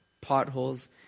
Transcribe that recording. potholes